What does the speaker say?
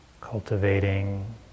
Cultivating